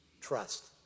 trust